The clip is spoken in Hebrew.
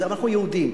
אנחנו יהודים.